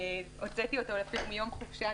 הוצאתי אותו מיום חופשה,